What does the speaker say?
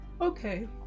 Okay